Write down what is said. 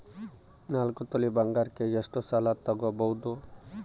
ನಾಲ್ಕು ತೊಲಿ ಬಂಗಾರಕ್ಕೆ ಎಷ್ಟು ಸಾಲ ತಗಬೋದು?